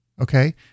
okay